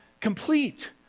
complete